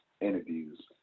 interviews